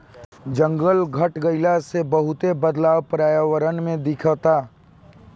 जंगल के घट गइला से बहुते बदलाव पर्यावरण में दिखता